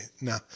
now